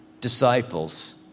disciples